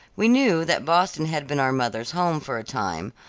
we knew that boston had been our mother's home for a time,